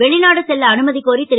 வெளிநாடு செல்ல அனும கோரி ரு